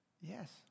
Yes